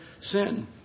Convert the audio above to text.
sin